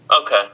Okay